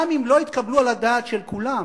גם אם לא יתקבלו על הדעת של כולם.